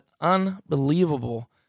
unbelievable